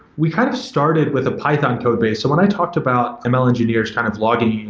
we kind of started with a python codebase. so when i talked about ml engineers kind of logging,